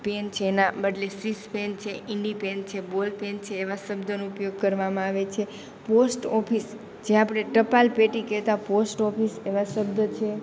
pen છે એના બદલે સીસાપેન છે ઇન્ડીપેન છે બૉલપેન છે એવા શબ્દનો ઉપયોગ કરવામાં આવે છે પોસ્ટ ઓફિસ જે આપણે ટપાલપેટી કહેતા પોસ્ટ ઓફિસ એવા શબ્દો છે